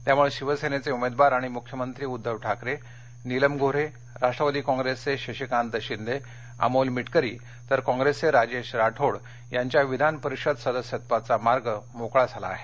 त्यामुळे शिवसेनेचे उमेदवार आणि मुख्यमंत्री उद्घव ठाकरे नीलम गोऱ्हे राष्ट्रवादी काँप्रेसचे शशिकांत शिंदे अमोल मिटकरी तर काँप्रेसचे राजेश राठोड यांच्या विधान परिषद सदस्यत्वाचा मार्ग मोकळा झाला आहे